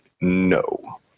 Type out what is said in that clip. No